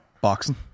Boxing